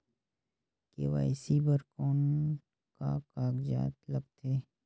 KYC बर कौन का कागजात लगथे?